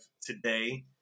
today